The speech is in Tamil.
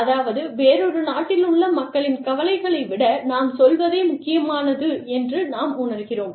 அதாவது வேறொரு நாட்டிலுள்ள மக்களின் கவலைகளை விட நாம் சொல்வதே முக்கியமானது என்று நாம் உணர்கிறோம்